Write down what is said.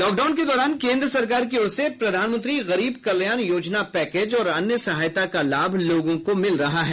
lockdown के दौरान केन्द्र सरकार की ओर से प्रधानमंत्री गरीब कल्याण योजना पैकेज और अन्य सहायता का लाभ लोगों को मिल रहा है